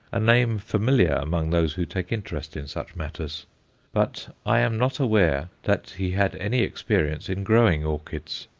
a name familiar among those who take interest in such matters but i am not aware that he had any experience in growing orchids.